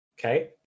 Okay